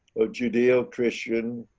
of judeo christian,